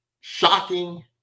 shocking